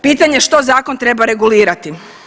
Pitanje što zakon treba regulirati?